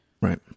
right